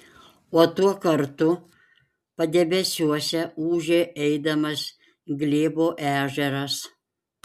o tuo kartu padebesiuose ūžė eidamas glėbo ežeras